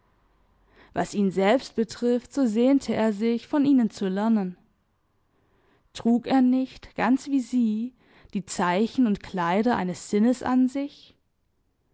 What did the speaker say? was ihn selbst betrifft so sehnte er sich von ihnen zu lernen trug er nicht ganz wie sie die zeichen und kleider eines sinnes an sich